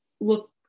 look